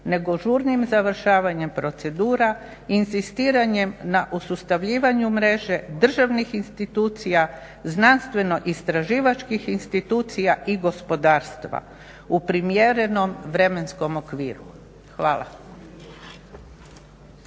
nego žurnim završavanjem procedura, inzistiranjem na usustavljivanju mreže državnih institucija, znanstveno-istraživačkih institucija i gospodarstva u primjerenom vremenskom okviru. Hvala.